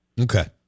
Okay